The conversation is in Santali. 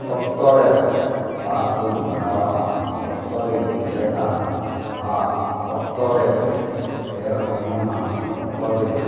ᱚᱠᱛᱚᱨᱮ ᱥᱟᱨᱠᱚᱧ ᱞᱟᱜᱟᱣᱟᱜᱼᱟ ᱚᱠᱛᱚᱨᱮᱧ ᱦᱮᱲᱦᱮᱫᱟ ᱟᱨ ᱚᱠᱛᱚᱨᱮ ᱮᱨ ᱚᱢᱚᱱᱟ ᱚᱠᱛᱚᱨᱤᱧ